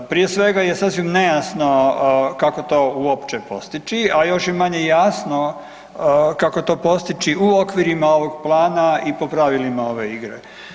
Prije svega je sasvim nejasno kako to uopće postići, a još je manje jasno kako to postići u okvirima ovog plana i po pravilima ove igre.